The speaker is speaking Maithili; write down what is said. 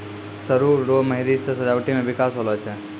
सरु रो मेंहदी से सजावटी मे बिकास होलो छै